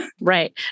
Right